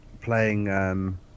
playing